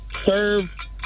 serve